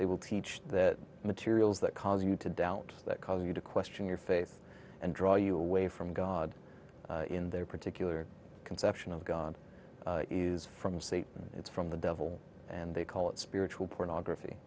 they will teach the materials that cause you to doubt that cause you to question your faith and draw you away from god in their particular conception of god from say it's from the devil and they call it spiritual pornography